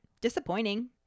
disappointing